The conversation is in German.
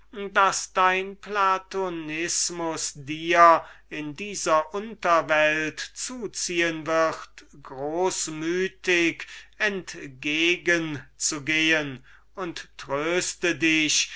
das dein platonismus dir in dieser unterwelt zuziehen wird großmütig entgegen zu gehen und tröste dich